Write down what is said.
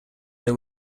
they